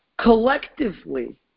collectively